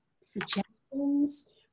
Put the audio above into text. suggestions